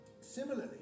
Similarly